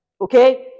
Okay